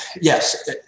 yes